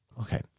Okay